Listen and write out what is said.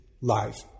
life